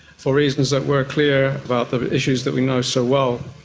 for reasons that were clear, about the issues that we know so well.